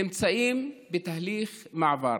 נמצאים בתהליך מעבר.